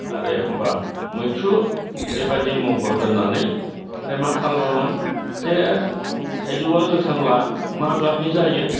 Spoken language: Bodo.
आरो एखनबा मैथ्रु बेबादि महर होनानै ओमफ्राय मा खालामोमोन जे थाइजौआ गोथांब्ला मा गाबनि जायो